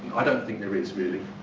i don't think there is really.